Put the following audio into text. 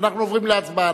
ואנחנו עוברים להצבעה.